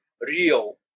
real